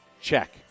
Check